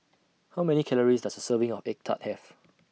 How Many Calories Does A Serving of Egg Tart Have